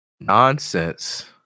nonsense